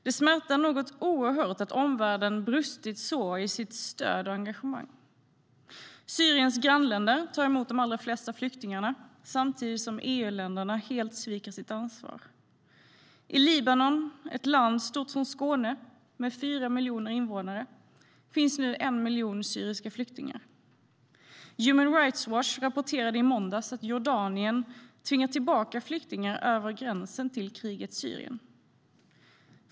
Det smärtar något oerhört att omvärlden brustit så i sitt stöd och i sitt engagemang. Syriens grannländer tar emot de allra flesta flyktingarna samtidigt som EU-länderna helt sviker sitt ansvar. I Libanon, ett land stort som Skåne med fyra miljoner invånare, finns nu en miljon syriska flyktingar. Human Rights Watch rapporterade i måndags att Jordanien tvingar tillbaka flyktingar över gränsen till krigets Syrien.